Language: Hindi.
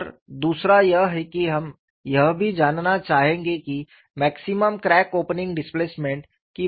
और दूसरा यह है कि हम यह भी जानना चाहेंगे कि मैक्सिमम क्रैक ओपनिंग डिस्प्लेसमेंट की वैल्यू क्या है